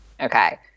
Okay